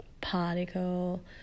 particle